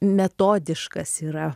metodiškas yra